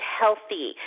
healthy